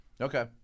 Okay